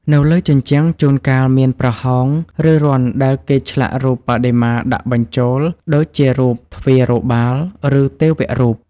នៅលើជញ្ជាំង ជួនកាលមានប្រហោង ឬរន្ធដែលគេឆ្លាក់រូបបដិមាដាក់បញ្ចូល ដូចជារូប ទ្វារបាល ឬទេវរូប។